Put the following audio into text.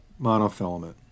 monofilament